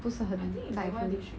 不是很在乎